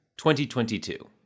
2022